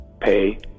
pay